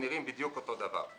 הם נראים בדיוק אותו דבר.